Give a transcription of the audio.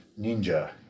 ninja